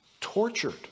tortured